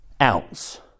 ounce